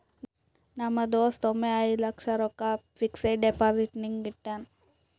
ನಮ್ ದೋಸ್ತ ಒಮ್ಮೆ ಐಯ್ದ ಲಕ್ಷ ರೊಕ್ಕಾ ಫಿಕ್ಸಡ್ ಡೆಪೋಸಿಟ್ನಾಗ್ ಇಟ್ಟಾನ್